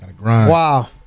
Wow